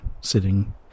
sitting